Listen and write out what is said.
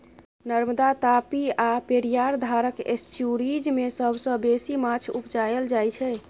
नर्मदा, तापी आ पेरियार धारक एस्च्युरीज मे सबसँ बेसी माछ उपजाएल जाइ छै